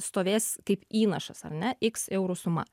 stovės kaip įnašas ar ne iks eurų suma